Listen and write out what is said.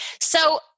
So-